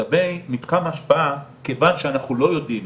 אבל אנשים פרטניים,